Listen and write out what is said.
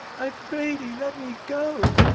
i pray thee let me go,